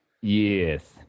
Yes